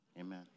Amen